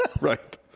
Right